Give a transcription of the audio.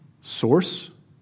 source